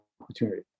opportunity